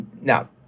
Now